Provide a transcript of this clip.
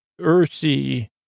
earthy